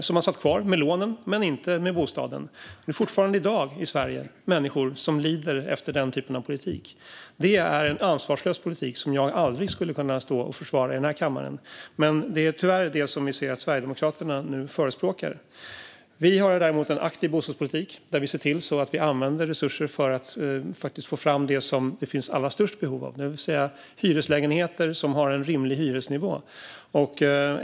Man satt alltså kvar med lånen men inte med bostaden. Det finns människor i Sverige som fortfarande lider på grund av den typen av politik. Det är en ansvarslös politik som jag aldrig skulle kunna stå och försvara i den här kammaren. Men det är tyvärr en sådan politik Sverigedemokraterna nu förespråkar. Vi har däremot en aktiv bostadspolitik. Vi ser till att använda resurser för att få fram det som det finns allra störst behov av, det vill säga hyreslägenheter med en rimlig hyresnivå.